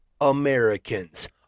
Americans